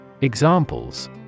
Examples